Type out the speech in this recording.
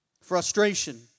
Frustration